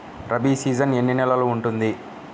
Rabi season ఎన్ని నెలలు ఉంటుంది?